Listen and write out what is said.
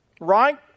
Right